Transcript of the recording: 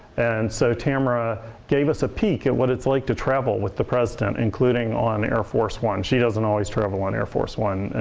and so tamara gave us a peek at what it's like to travel with the president, including on air force one. she doesn't always travel on air force one.